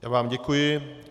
Já vám děkuji.